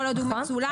כל עוד הוא מצולם?